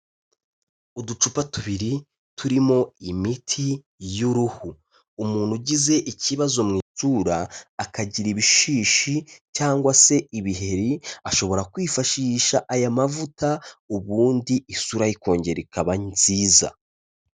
Uducupa tubiri turimo imiti y'uruhu, umuntu ugize ikibazo mu isura akagira ibishishi cyangwa se ibiheri ashobora kwifashisha aya mavuta ubundi isura ye ikongera ikaba nziza.